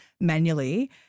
manually